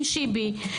עם שיבי,